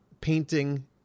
painting